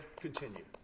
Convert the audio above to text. Continue